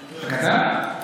אגדה?